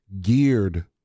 geared